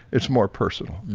it's more personal.